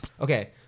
okay